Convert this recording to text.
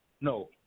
No